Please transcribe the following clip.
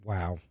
Wow